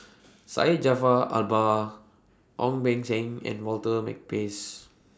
Syed Jaafar Albar Ong Beng Seng and Walter Makepeace